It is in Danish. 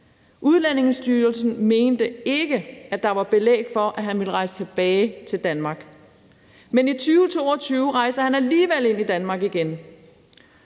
Udlændingestyrelsen mente ikke, at der var belæg for, at han ville rejse tilbage til Danmark, men i 2022 rejste han alligevel ind i Danmark igen.